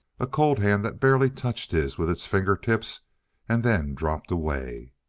a cold hand that barely touched his with its fingertips and then dropped away.